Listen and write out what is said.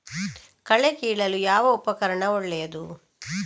ಕಳೆ ಕೀಳಲು ಯಾವ ಉಪಕರಣ ಒಳ್ಳೆಯದು?